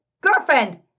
girlfriend